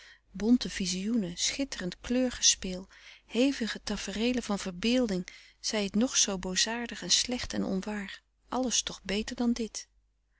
bonte vizioenen schitterend kleurgespeel hevige tafereelen van verbeelding zij het nog zoo boosaardig en slecht en onwaar alles toch beter dan dit